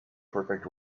perfect